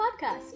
Podcast